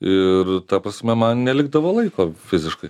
ir ta prasme man nelikdavo laiko fiziškai